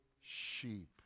sheep